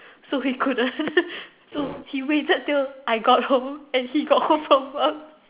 so he couldn't so he waited till I got home and he got home from work